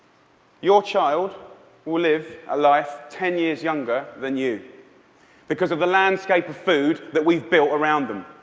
your child will live a life ten years younger than you because of the landscape of food that we've built around them.